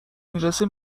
میرسه